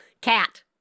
cat